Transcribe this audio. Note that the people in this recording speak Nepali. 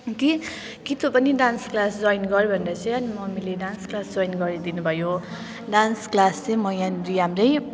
कि कि तँ पनि डान्स क्लास जोइन गर् भनेर चाहिँ अनि मम्मीले डान्स क्लास जोइन गरिदिनु भयो डान्स क्लास चाहिँ म यहाँनिर हाम्रै